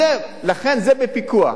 לכן זה בפיקוח.